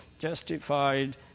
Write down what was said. Justified